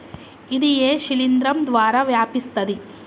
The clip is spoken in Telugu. ఇది ఏ శిలింద్రం ద్వారా వ్యాపిస్తది?